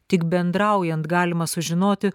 tik bendraujant galima sužinoti